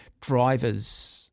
drivers